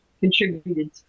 contributed